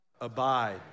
Abide